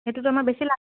সেইটোত আমাৰ বেছি লাভ হ'ব